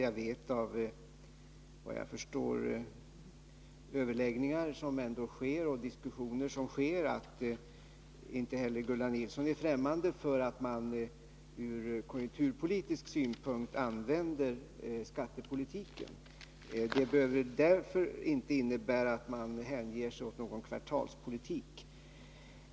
Av de diskussioner som äger rum förstår jag att inte heller Gunnar Nilsson är främmande för att man använder skattepolitiken av konjunkturpolitiska skäl. Man behöver av den anledningen inte hänge sig åt någon kvartalspolitik.